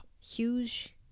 huge